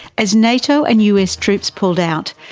as nato and us troops pulled out,